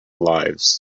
lives